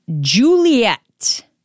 Juliet